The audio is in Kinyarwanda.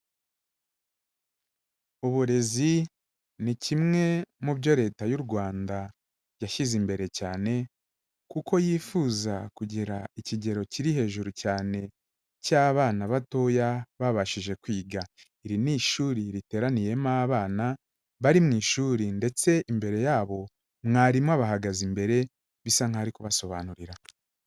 Uburezi ni kimwe mu byo Leta y'u Rwanda yashyize imbere cyane kuko yifuza kugera ikigero kiri hejuru cyane cy'abana batoya babashije kwiga. Iri ni ishuri riteraniyemo abana bari mu ishuri ndetse imbere yabo mwarimu abahagaze imbere, bisa nkaho ari kubasobanurira.